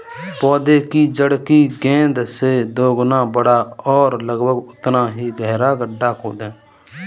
पौधे की जड़ की गेंद से दोगुना बड़ा और लगभग उतना ही गहरा गड्ढा खोदें